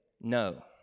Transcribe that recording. no